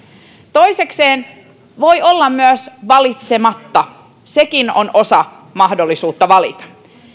toisekseen voi olla myös valitsematta sekin on osa mahdollisuutta valita